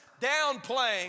downplaying